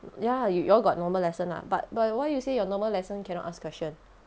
ya you all got normal lesson lah but but why you say your normal lesson cannot ask question